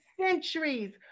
centuries